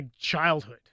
childhood